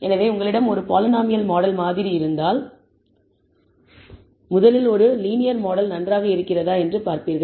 எனவே உங்களிடம் ஒரு பாலினாமியல் மாடல் மாதிரி இருந்தால் முதலில் ஒரு லீனியர் மாடல் நன்றாக இருக்கிறதா என்று பார்ப்பீர்கள்